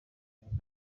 yacu